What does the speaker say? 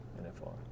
NFR